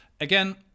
Again